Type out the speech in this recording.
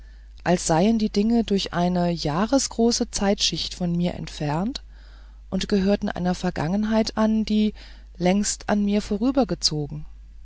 als seien die dinge durch eine jahresgroße zeitschicht von mir entfernt und gehörten einer vergangenheit an die längst an mir vorübergezogen